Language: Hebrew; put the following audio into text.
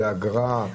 זו אגרה?